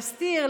להסתיר,